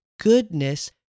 goodness